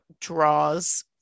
draws